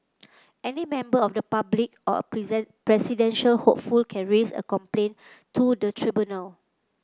any member of the public or a presidential hopeful can raise a complaint to the tribunal